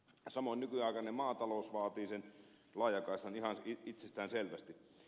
samoin nykyaikainen maatalous vaatii sen laajakaistan ihan itsestäänselvästi